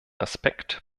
aspekt